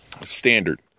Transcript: standard